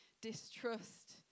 distrust